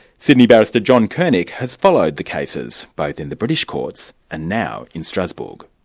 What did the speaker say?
sydney barrister john kernick has followed the cases, both in the british courts and now in strasbourg.